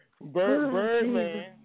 Birdman